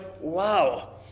wow